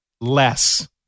less